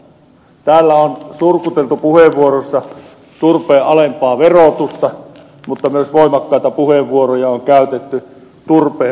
täällä on surkuteltu puheenvuoroissa turpeen alempaa verotusta mutta voimakkaita puheenvuoroja on käytetty myös turpeen puolesta